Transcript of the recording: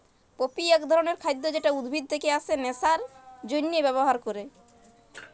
poppy এক ধরণের খাদ্য যেটা উদ্ভিদ থেকে আসে নেশার জন্হে ব্যবহার ক্যরে